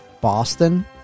Boston